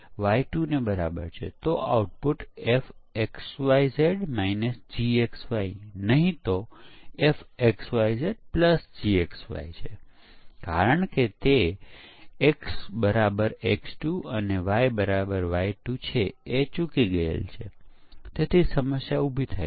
black box પરીક્ષણ દરમિયાન આપણે સોફ્ટવેરના ચોક્કસ ઘટકો કે જેમાં ભૂલો છે તે શોધી શકીએ અને પછી વ્હાઇટ બોક્સ પરીક્ષણમાં આપણે તે સુવિધાઓનું પરીક્ષણ કરવા માટે વધુ સમય પસાર કરી શકીએ છીએ જેમાં ભૂલો હતી કારણ કે એક ખૂબ જ વિચિત્ર વસ્તુ ભૂલો વિષે એ છે કે તે ક્લસ્ટર માં થાય છે